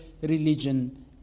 religion